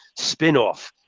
spinoff